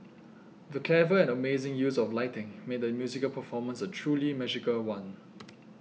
the clever and amazing use of lighting made the musical performance a truly magical one